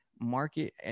market